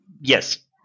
Yes